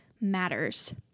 matters